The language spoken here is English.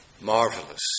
Marvelous